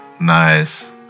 nice